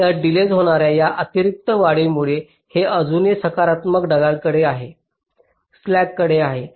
तर डिलेज होणार्या या अतिरिक्त वाढीमुळेही हे अजूनही सकारात्मक ढगांकडे आहे